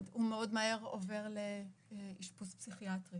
הוא מאוד מהר עובר לאשפוז פסיכיאטרי